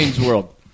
world